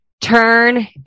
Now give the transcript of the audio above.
Turn